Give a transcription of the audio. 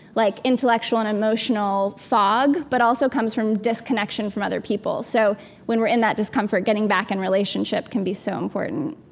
like intellectual, and emotional fog, but also comes from disconnection from other people. so when we're in that discomfort, getting back in relationship can be so important